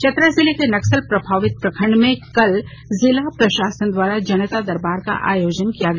चतरा जिले के नक्सल प्रभावित प्रखंड में कल जिला प्रशासन ने जनता दरबार द्वारा आयोजन किया गया